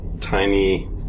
tiny